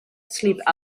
sleep